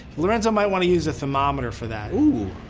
lorenzo might wanna use a thermometer for that. ooh,